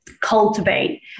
cultivate